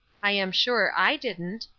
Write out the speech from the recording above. i am sure i didn't.